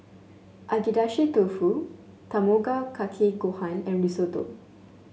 Agedashi Dofu Tamago Kake Gohan and Risotto